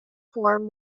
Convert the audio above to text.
form